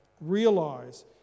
realize